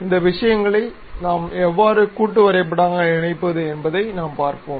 இந்த விஷயங்களை எவ்வாறு நாம் கூட்டு வரைபடங்களாக இணைப்பது என்பதை நாம் பார்ப்போம்